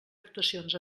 actuacions